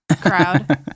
crowd